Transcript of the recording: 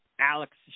Alex